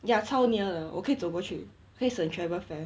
ya 超 near 的我可以走过去可以省 travel fare